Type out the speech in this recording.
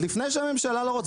עוד לפני שהממשלה לא רוצה,